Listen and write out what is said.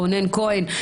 רונן כהן,